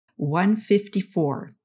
154